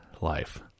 life